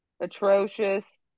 atrocious